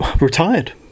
retired